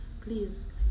please